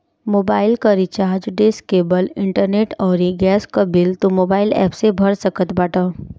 mobile कअ recharge, dish, cable, internet अउरी gas कअ बिल तू मोबाइल एप्प से भर सकत बाटअ